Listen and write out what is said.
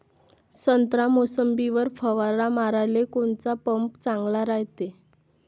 संत्रा, मोसंबीवर फवारा माराले कोनचा पंप चांगला रायते?